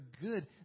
good